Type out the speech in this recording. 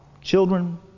children